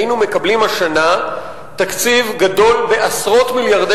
היינו מקבלים השנה תקציב גדול בעשרות מיליארדי